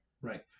right